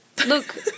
Look